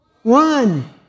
One